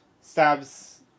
Stabs